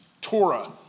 Torah